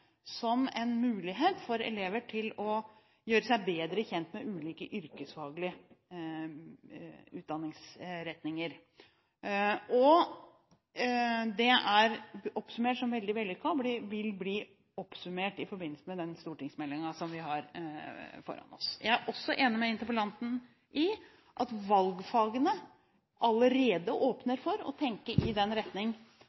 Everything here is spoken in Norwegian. som en mulighet for elever til å gjøre seg bedre kjent med ulike yrkesfaglige utdanningsretninger. Det er veldig vellykket, og vil bli oppsummert i forbindelse med den stortingsmeldingen som vi har foran oss. Jeg er også enig med interpellanten i at valgfagene allerede